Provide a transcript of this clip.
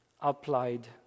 applied